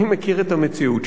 ואני מכיר את המציאות שם,